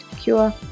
cure